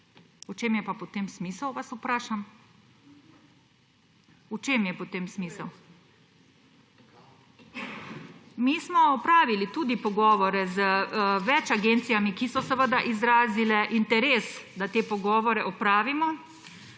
V čem je pa potem smisel, vas vprašam. V čem je potem smisel? Mi smo opravili tudi pogovore z več agencijami, ki so izrazile interes, da te pogovore opravimo.